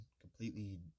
completely